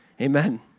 Amen